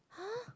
!huh!